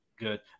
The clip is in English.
Good